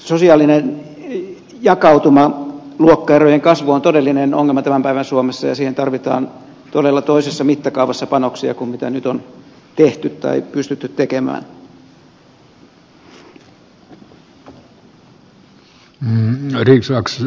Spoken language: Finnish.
sosiaalinen jakautuma luokkaerojen kasvu on todellinen ongelma tämän päivän suomessa ja siihen tarvitaan todella toisessa mittakaavassa panoksia kuin mitä nyt on pystytty tekemään